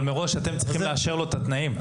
אבל מראש אתם צריכים לאשר לו את התנאים.